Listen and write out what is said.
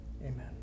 amen